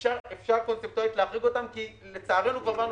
אפשר קונספטואלית להחריג אותן כי לצערנו באנו